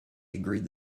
agreed